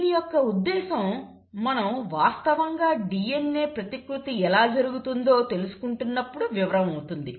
దీని యొక్క ఉద్దేశం మనం వాస్తవంగా DNA ప్రతికృతి ఎలా జరుగుతుందో తెలుసుకుంటున్నప్పుడు వివరం అవుతుంది